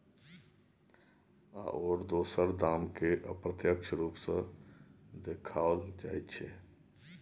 आओर दोसर दामकेँ अप्रत्यक्ष रूप सँ देखाओल जाइत छै